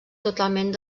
totalment